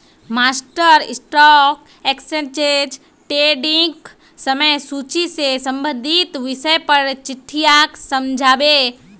master stock exchange ट्रेडिंगक समय सूची से संबंधित विषय पर चट्टीयाक समझा बे